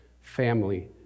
family